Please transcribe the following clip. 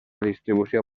distribució